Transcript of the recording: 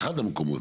אחד המקומות,